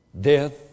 Death